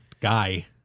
guy